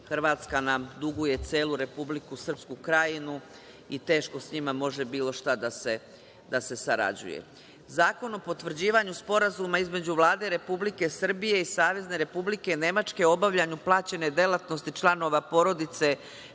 Hrvatska nam duguje celu Republiku Srpsku Krajinu i teško sa njima može bilo šta da se sarađuje. Zakon o potvrđivanju Sporazuma između Vlade Republike Srbije i Savezne Republike Nemačke obavljen u plaćenoj delatnosti članova porodice,